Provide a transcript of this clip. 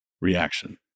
reaction